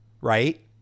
Right